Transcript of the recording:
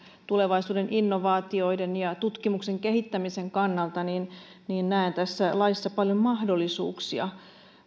tulevaisuuden innovaatioiden ja tutkimuksen kehittämisen kannalta näen tässä laissa paljon mahdollisuuksia